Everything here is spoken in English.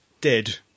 dead